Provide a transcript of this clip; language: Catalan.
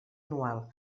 anual